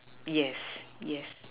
yes yes